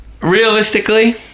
Realistically